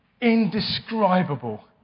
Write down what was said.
Indescribable